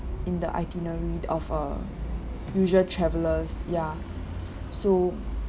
in the itinerary of a usual travellers ya so